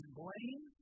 blame